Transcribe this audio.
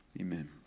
amen